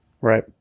right